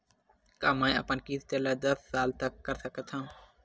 का मैं अपन किस्त ला दस साल तक कर सकत हव?